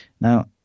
Now